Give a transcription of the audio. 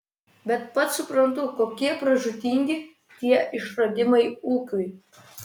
bet pats suprantu kokie pražūtingi tie išradimai ūkiui